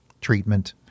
treatment